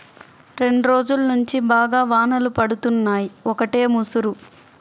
రెండ్రోజుల్నుంచి బాగా వానలు పడుతున్నయ్, ఒకటే ముసురు